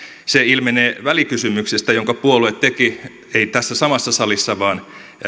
se ilmenee välikysymyksestä jonka puolue teki ei tässä samassa salissa vaan